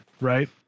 right